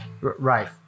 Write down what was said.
Right